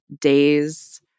days